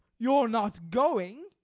you're not going?